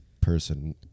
person